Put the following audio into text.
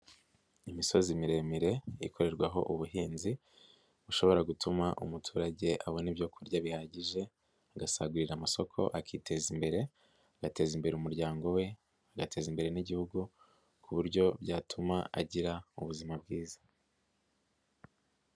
Imisozi miremire ikorerwaho ubuhinzi bushobora gutuma umuturage abona ibyokurya bihagije agasagurira amasoko, akiteza imbere, agateza imbere umuryango we, agateza imbere n'Igihugu ku buryo byatuma agira ubuzima bwiza.